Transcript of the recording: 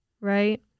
right